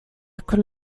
could